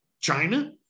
China